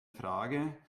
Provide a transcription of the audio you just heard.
frage